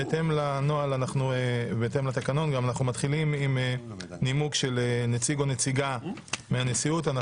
בהתאם לתקנון נתחיל בנימוק של נציג או נציגה מהנשיאות.